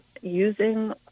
using